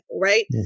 right